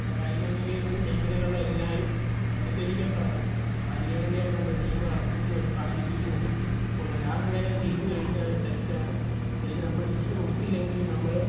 കായിക മേഖലയിലുള്ള മേഖലയിലുള്ള എല്ലാവരും അനുസരിക്കേണ്ടതാണ് അതിന് വേണ്ടിയാണ് നമ്മൾ നിയമം ഇറക്കുന്നതും അത് പാലിപ്പിക്കുന്നതും ഒരാൾ അങ്ങനെ ചെയ്തു കഴിഞ്ഞാൽ അത് തെറ്റാണ് അതിന് നമ്മൾ ശിക്ഷ കൊടുത്തില്ലെങ്കിൽ നമ്മൾ